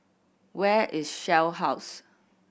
where is Shell House